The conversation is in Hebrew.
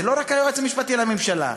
זה לא רק היועץ המשפטי לממשלה,